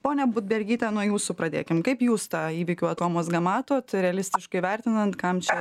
ponia budbergyte nuo jūsų pradėkim kaip jūs tą įvykių atomazgą matot realistiškai vertinant kam čia